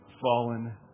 fallen